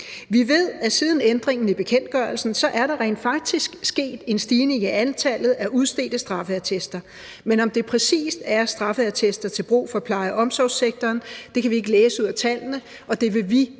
Vi ved, at der siden ændringen i bekendtgørelsen rent faktisk er sket en stigning i antallet af udstedte straffeattester. Men om det præcis er straffeattester til brug for pleje- og omsorgssektoren, kan vi ikke læse ud af tallene. Det vil vi